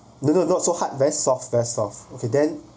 no no not so hard very soft very soft okay then